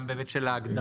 גם בהיבט של ההגדרה.